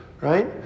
right